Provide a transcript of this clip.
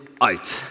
out